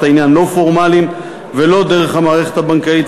העניין "לא פורמליים" ולא דרך המערכת הבנקאית,